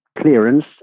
clearance